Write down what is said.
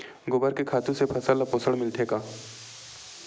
गोबर के खातु से फसल ल पोषण मिलथे का?